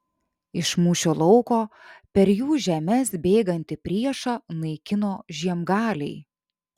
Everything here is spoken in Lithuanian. iš mūšio lauko per jų žemes bėgantį priešą naikino žiemgaliai